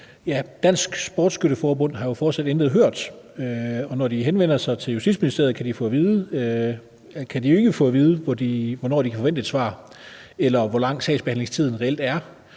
Dansk Sportsskytte Forbund har jo fortsat intet hørt, og når de henvender sig til Justitsministeriet, kan de ikke få at vide, hvornår de kan forvente et svar, eller hvor lang sagsbehandlingstiden reelt er.